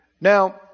Now